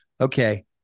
okay